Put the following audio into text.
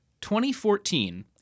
2014